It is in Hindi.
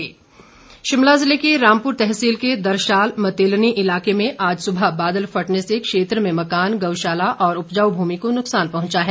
बादल फटा शिमला जिले की रामपुर तहसील के दरशाल मतेलनी इलाके में आज सुबह बादल फटने से क्षेत्र में मकान गऊशाला और उपजाऊ भूमि को नुकसान पहुंचा है